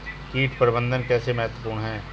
कीट प्रबंधन कैसे महत्वपूर्ण है?